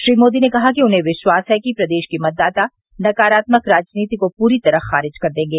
श्री मोदी ने कहा कि उन्हें विश्वास है कि प्रदेश के मतदाता नकारात्मक राजनीति को पूरी तरह खारिज कर देंगे